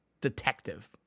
detective